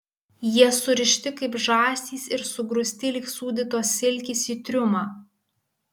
jie surišti kaip žąsys ir sugrūsti lyg sūdytos silkės į triumą